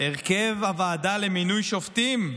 הרכב הוועדה למינוי שופטים,